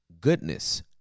goodness